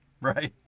right